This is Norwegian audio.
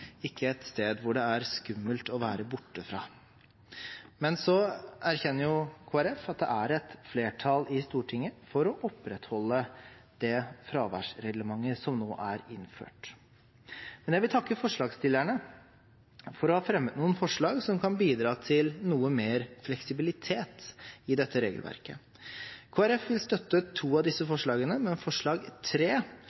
ikke et sted som det er skummelt å være borte fra. Så erkjenner Kristelig Folkeparti at det er et flertall i Stortinget for å opprettholde det fraværsreglementet som nå er innført. Men jeg vil takke forslagsstillerne for å ha fremmet noen forslag i dokumentet som kan bidra til noe mer fleksibilitet i dette regelverket. Kristelig Folkeparti vil støtte to av disse